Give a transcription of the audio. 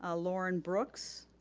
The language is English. ah lauren brooks,